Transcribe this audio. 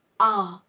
ah,